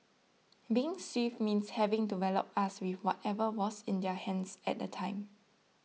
being swift means having to wallop us with whatever was in their hands at the time